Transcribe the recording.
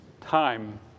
Time